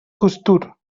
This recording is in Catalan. costur